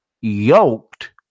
yoked